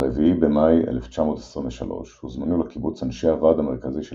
ב-4 במאי 1923 הוזמנו לקיבוץ אנשי הוועד המרכזי של